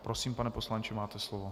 Prosím, pane poslanče, máte slovo.